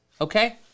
okay